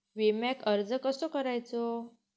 विम्याक अर्ज कसो करायचो?